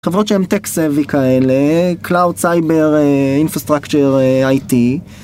חברות שהם Tech Savvy כאלה, Cloud, Cyber, Infrastructure, IT.